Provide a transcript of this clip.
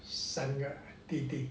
三个弟弟